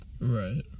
Right